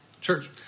Church